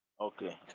Okay